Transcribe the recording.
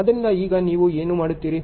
ಆದ್ದರಿಂದ ಈಗ ನೀವು ಏನು ಮಾಡುತ್ತೀರಿ